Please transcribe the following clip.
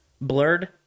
blurred